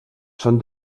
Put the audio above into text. són